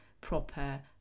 proper